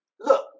Look